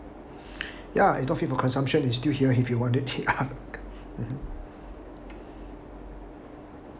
ya it's not fit for consumption is still here if you wanted it lah